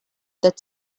that